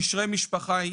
קשרי משפחה,